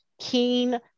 keen